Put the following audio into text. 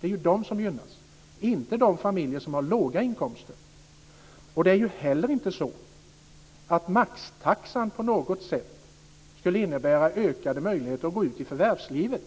Det är de som gynnas, inte de familjer som har låga inkomster. Det är inte heller så att maxtaxan på något sätt skulle innebära ökade möjligheter att gå ut i förvärvslivet.